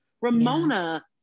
Ramona